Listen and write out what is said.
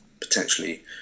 potentially